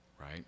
Right